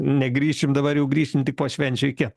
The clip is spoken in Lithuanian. negrįšim dabar jau grįšim tik po švenčių iki